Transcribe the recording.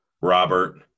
Robert